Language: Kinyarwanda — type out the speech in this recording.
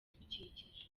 ibidukikije